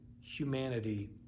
humanity